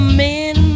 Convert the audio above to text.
men